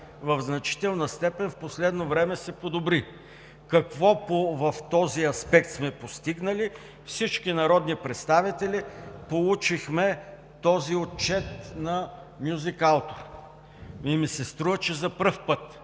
в значителна степен в последно време се подобри. Какво в този аспект сме постигнали? Всички народни представители получихме този отчет на „Музикаутор“ и ми се струва, че за първи път